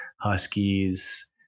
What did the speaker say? huskies